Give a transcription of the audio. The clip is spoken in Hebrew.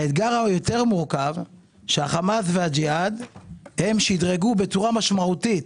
האתגר היותר מורכב הוא שהחמאס והג'יהאד שדרגו בצורה משמעותית